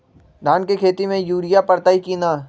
धान के खेती में यूरिया परतइ कि न?